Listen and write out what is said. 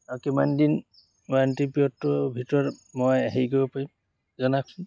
অঁ কিমান দিন ৱাৰেণ্টি পিৰিয়ডটোৰ ভিতৰত মই হেৰি কৰিব পাৰিম জনাওকচোন